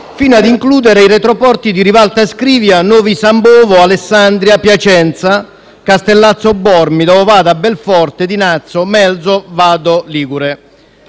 fino ad includere i retroporti di Rivalta Scrivia, Novi San Bovo, Alessandria, Piacenza, Castellazzo Bormida, Ovada Belforte, Dinazzo e Melzo e Vado Ligure.